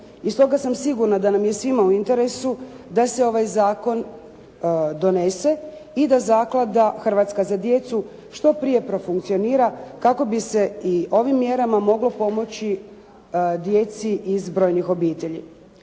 I stoga sam sigurna da nam je svima u interesu da se ovaj zakon donese i da zaklada "Hrvatska za djecu" što prije profunkcionira kako bi se i ovim mjerama moglo pomoći djeci iz brojnih obitelji.